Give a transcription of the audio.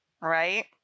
right